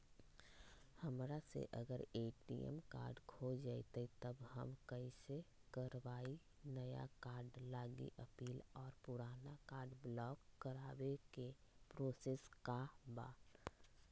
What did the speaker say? हमरा से अगर ए.टी.एम कार्ड खो जतई तब हम कईसे करवाई नया कार्ड लागी अपील और पुराना कार्ड ब्लॉक करावे के प्रोसेस का बा?